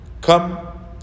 Come